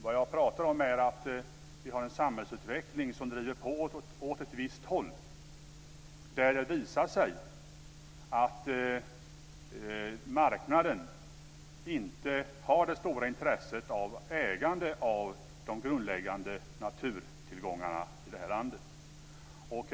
Vad jag pratar om är att vi har en samhällsutveckling mot ett håll där det visar sig att marknaden inte har något stort intresse av ägande av de grundläggande naturtillgångarna i det här landet.